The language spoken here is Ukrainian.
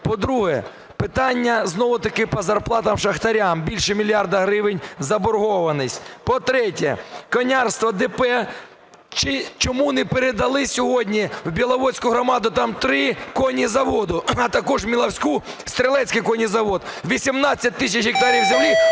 По-друге, питання знову-таки по зарплатам шахтарям, більше мільярда гривень заборгованість. По-третє, "Конярство" ДП, чому не передали сьогодні в Біловодську громаду, там три кінні заводи, а також в Міловську – "Стрілецький кінний завод". 18 тисяч гектарів землі